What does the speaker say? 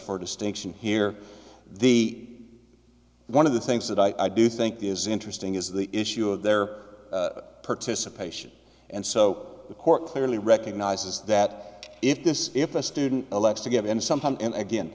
the distinction here the one of the things that i do think is interesting is the issue of their participation and so the court clearly recognizes that if this if a student